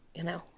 you know,